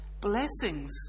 blessings